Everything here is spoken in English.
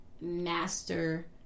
master